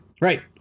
Right